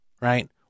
right